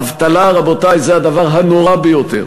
אבטלה, רבותי, זה הדבר הנורא ביותר,